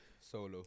Solo